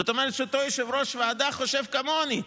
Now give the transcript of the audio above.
זאת אומרת שאותו יושב-ראש ועדה חושב כמוני,